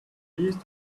least